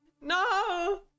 No